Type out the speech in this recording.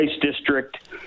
District